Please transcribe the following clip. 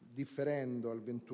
differendo